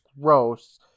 gross